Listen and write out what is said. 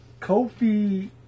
Kofi